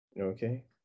okay